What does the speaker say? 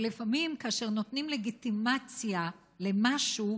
אבל לפעמים, כאשר נותנים לגיטימציה למשהו,